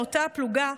מאותה פלוגה,